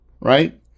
Right